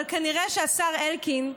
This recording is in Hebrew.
אבל כנראה שהשר אלקין,